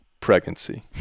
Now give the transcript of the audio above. pregnancy